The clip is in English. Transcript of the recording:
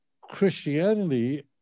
Christianity